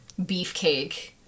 beefcake